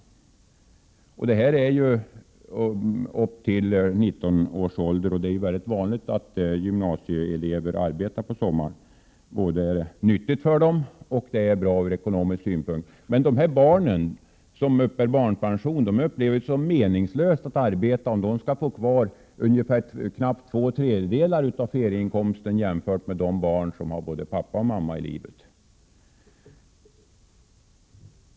Detta gäller alltså för barn upp till 19 års ålder, och det är ju väldigt vanligt att gymnasieelever arbetar på sommaren, vilket är både nyttigt för dem och bra ur ekonomisk synpunkt. Men för de barn som uppbär barnpension är det meningslöst att arbeta, om de bara får behålla knappt två tredjedelar av ferieinkomsterna — vilket alltså skall jämföras med de barn som har både far och mor i livet.